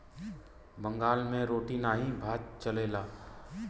बंगाल मे रोटी नाही भात चलेला